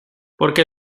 porque